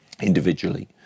individually